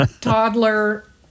toddler